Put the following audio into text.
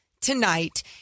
tonight